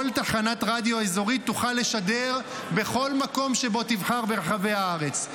כל תחנת רדיו אזורית תוכל לשדר בכל מקום שבו תבחר ברחבי הארץ.